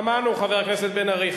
שמענו, חבר הכנסת בן-ארי.